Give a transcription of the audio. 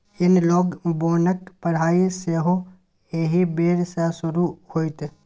एनलॉग बोनक पढ़ाई सेहो एहि बेर सँ शुरू होएत